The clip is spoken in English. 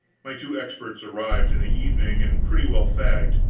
my two experts arrived in the evening, and pretty well fagged,